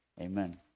Amen